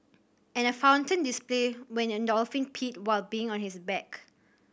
and a fountain display when a dolphin peed while being on his back